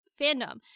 fandom